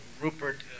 Rupert